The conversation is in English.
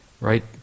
right